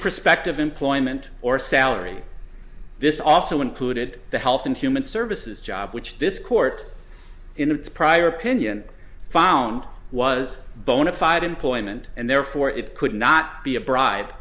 prospective employment or salary this also included the health and human services job which this court in its prior opinion found was bona fide employment and therefore it could not be a bri